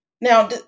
now